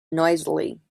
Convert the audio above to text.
noisily